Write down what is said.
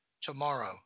tomorrow